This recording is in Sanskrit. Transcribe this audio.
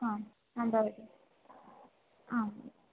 आम् आं भवतु आम्